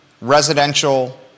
residential